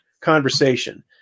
conversation